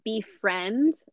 befriend